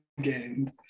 game